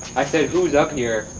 i said, who's up here?